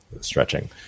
stretching